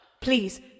Please